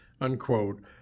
unquote